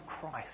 Christ